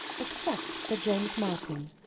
except sir james martin,